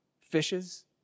fishes